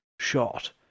shot